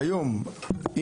כיום,